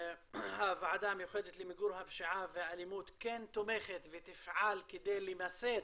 הוועדה המיוחדת למיגור הפשיעה והאלימות כן תומכת ותפעל כדי למסד